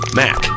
mac